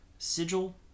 sigil